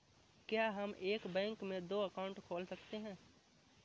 क्या हम एक बैंक में दो अकाउंट खोल सकते हैं?